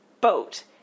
boat